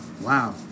wow